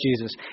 Jesus